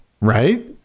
Right